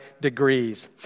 degrees